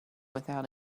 without